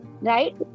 right